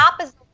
opposite